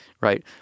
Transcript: right